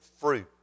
fruit